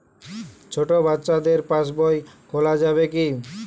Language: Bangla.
ছোট বাচ্চাদের পাশবই খোলা যাবে কি?